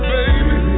Baby